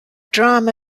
drama